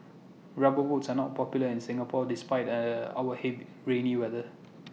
rubber boots are not popular in Singapore despite our rainy weather